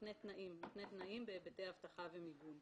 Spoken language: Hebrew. כנותני תנאים בהיבטי אבטחה ומיגון.